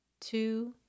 two